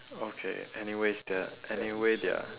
okay anyways they are anyway they are